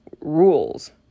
rules